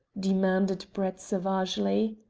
demanded brett savagely.